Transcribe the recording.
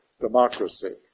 democracy